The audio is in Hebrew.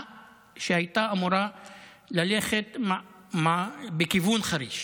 שהייתה אמורה ללכת בכיוון חריש